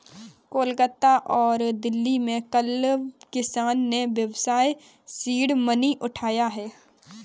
कोलकाता और दिल्ली में कल किसान ने व्यवसाय सीड मनी उठाया है